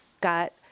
got